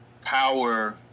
power